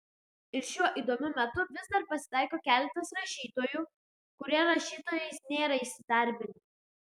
ir šiuo įdomiu metu vis dar pasitaiko keletas rašytojų kurie rašytojais nėra įsidarbinę